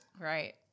right